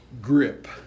Grip